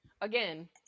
Again